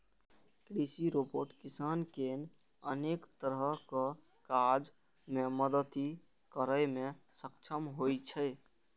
कृषि रोबोट किसान कें अनेक तरहक काज मे मदति करै मे सक्षम होइ छै